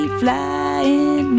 flying